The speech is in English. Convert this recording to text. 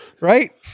Right